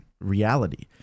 reality